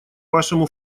вашему